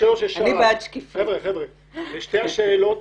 לשתי השאלות